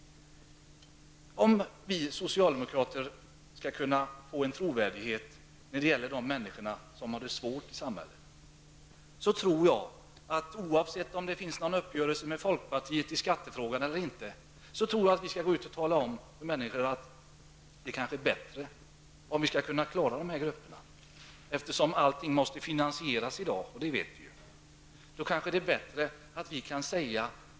Om vi socialdemokrater skall kunna vara trovärdiga när det gäller de människor som har det svårt i samhället, måste vi nog gå ut och tala om för människor att det är kanske bättre att ta ut litet extra i marginalskatt för de som tjänar 180 000 kr.